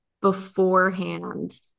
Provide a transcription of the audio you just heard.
beforehand